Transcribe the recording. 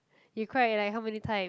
you cried like how many time